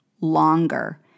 longer